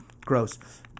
Gross